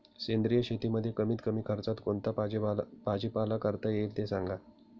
सेंद्रिय शेतीमध्ये कमीत कमी खर्चात कोणता भाजीपाला करता येईल ते सांगा